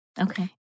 Okay